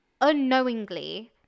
unknowingly